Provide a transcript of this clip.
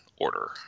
order